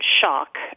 shock